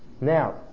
Now